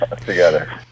together